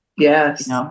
Yes